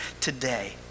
today